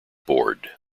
board